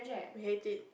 I hate it